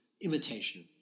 imitation